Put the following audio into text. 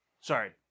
Sorry